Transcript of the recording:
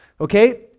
Okay